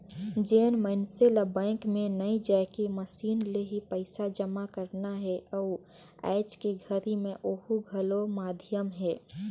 जेन मइनसे ल बैंक मे नइ जायके मसीन ले ही पइसा जमा करना हे अउ आयज के घरी मे ओहू घलो माधियम हे